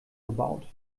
gebaut